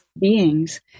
beings